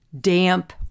damp